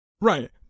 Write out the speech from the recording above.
Right